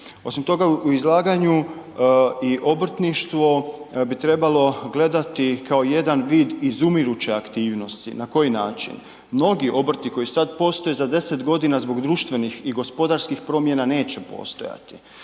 Osim toga u izlaganju, i obrtništvo bi trebalo gledati kao jedan vid izumiruće aktivnosti, na koji način? Mnogi obrti koji sad postoje, za 10 g. zbog društvenih i gospodarskih promjena, neće postojati.